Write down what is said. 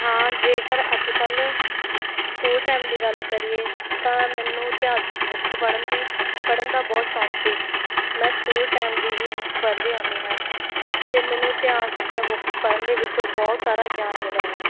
ਹਾਂ ਜੇਕਰ ਅੱਜ ਕੱਲ੍ਹ ਸਕੂਲ ਟਾਈਮ ਦੀ ਗੱਲ ਕਰੀਏ ਤਾਂ ਮੈਨੂੰ ਇਤਿਹਾਸਿਕ ਬੁੱਕਸ ਪੜ੍ਹਨ ਦੀ ਪੜ੍ਹਨ ਦਾ ਬਹੁਤ ਸ਼ੌਂਕ ਸੀ ਮੈਂ ਸਕੂਲ ਟਾਈਮ ਦੀ ਹੀ ਬੁੱਕਸ ਪੜ੍ਹਦੀ ਆਉਂਦੀ ਹਾਂ ਅਤੇ ਮੈਨੂੰ ਇਤਿਹਾਸ ਦੀਆਂ ਬੁੱਕਸ ਪੜ੍ਹਨ ਦੇ ਵਿੱਚ ਬਹੁਤ ਸਾਰਾ ਗਿਆਨ ਮਿਲਿਆ ਹੈ